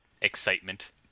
excitement